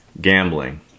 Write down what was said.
Gambling